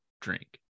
drink